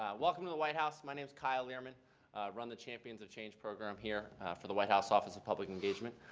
welcome to the white house. my name is kyle lierman. i run the champions of change program here for the white house office of public engagement.